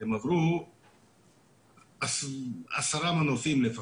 הם עברו עשרה מנופים לפחות.